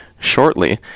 shortly